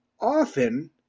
often